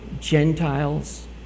Gentiles